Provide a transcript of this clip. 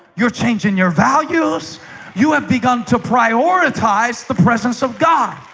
you're changing your values you have begun to prioritize the presence of god,